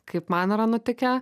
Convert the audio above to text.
kaip man yra nutikę